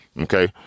Okay